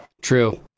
True